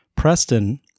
Preston